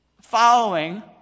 following